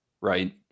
right